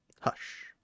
hush